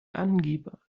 angeber